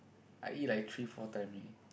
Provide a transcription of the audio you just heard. I eat like three four time eh